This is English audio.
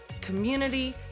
community